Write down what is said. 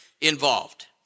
involved